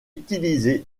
utilisé